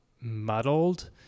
muddled